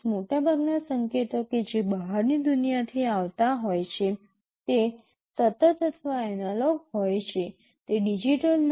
મોટાભાગના સંકેતો કે જે બહારની દુનિયાથી આવતા હોય છે તે સતત અથવા એનાલોગ હોય છે તે ડિજિટલ નથી